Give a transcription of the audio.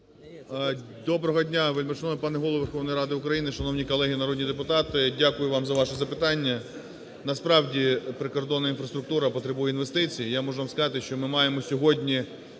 Доброго дня, вельмишановний пане Голово Верховної Ради України, шановні колеги народні депутати! Дякую вам за ваші запитання. Насправді прикордонна інфраструктура потребує інвестицій. Я можу вам сказати, що маємо сьогодні